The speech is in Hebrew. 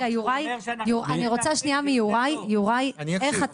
יוראי, איך אתה